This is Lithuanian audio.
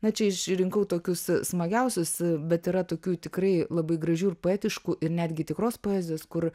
na čia išrinkau tokius smagiausius bet yra tokių tikrai labai gražių ir poetiškų ir netgi tikros poezijos kur